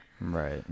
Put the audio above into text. Right